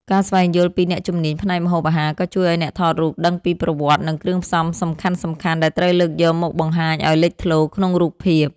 ការស្វែងយល់ពី អ្នកជំនាញផ្នែកម្ហូបអាហារ ក៏ជួយឱ្យអ្នកថតរូបដឹងពីប្រវត្តិ និងគ្រឿងផ្សំសំខាន់ៗ ដែលត្រូវលើកយកមកបង្ហាញឱ្យលេចធ្លោក្នុងរូបភាព។